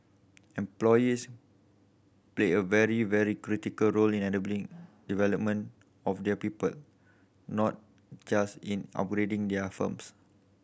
employers play a very very critical role in enabling development of their people not just in upgrading their firms